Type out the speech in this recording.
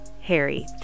Harry